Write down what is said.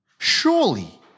Surely